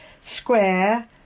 square